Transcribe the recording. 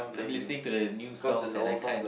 I'm listening to the new songs and I can't